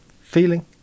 feeling